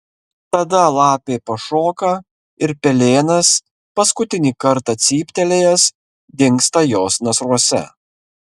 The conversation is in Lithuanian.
tada lapė pašoka ir pelėnas paskutinį kartą cyptelėjęs dingsta jos nasruose